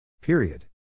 Period